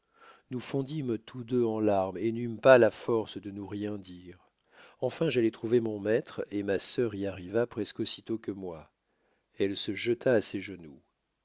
nous fondîmes tous deux en larmes et n'eûmes pas la force de nous rien dire enfin j'allai trouver mon maître et ma sœur y arriva presque aussitôt que moi elle se jeta à ses genoux